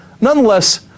Nonetheless